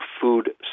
food